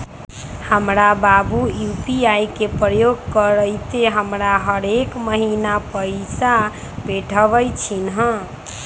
हमर बाबू यू.पी.आई के प्रयोग करइते हमरा हरेक महिन्ना पैइसा पेठबइ छिन्ह